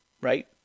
Right